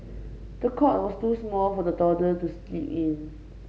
the cot was too small for the toddler to sleep in